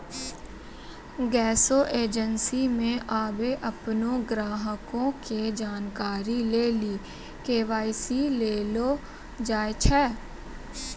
गैसो एजेंसी मे आबे अपनो ग्राहको के जानकारी लेली के.वाई.सी लेलो जाय छै